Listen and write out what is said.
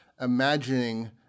imagining